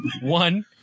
one